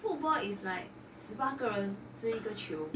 football is like 十八个人追一个球:shi ba ge ren zhuii yi ge qiu